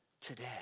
today